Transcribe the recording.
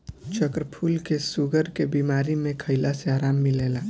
चक्रफूल के शुगर के बीमारी में खइला से आराम मिलेला